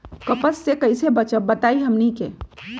कपस से कईसे बचब बताई हमनी के?